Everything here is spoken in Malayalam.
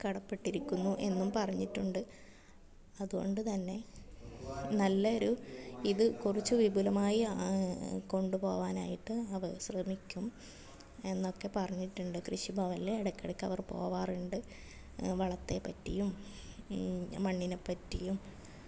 കടപ്പെട്ടിരിക്കുന്നു എന്നും പറഞ്ഞിട്ടുണ്ട് അതുകൊണ്ടുതന്നെ നല്ല ഒരു ഇത് കുറച്ചു വിപുലമായി കൊണ്ടുപോവാനായിട്ട് അവർ ശ്രമിക്കും എന്നൊക്കെ പറഞ്ഞിട്ടുണ്ട് കൃഷിഭവനിൽ ഇടക്കിടയ്ക്ക് അവർ പോവാറുണ്ട് വളത്തെ പറ്റിയും മണ്ണിനെ പറ്റിയും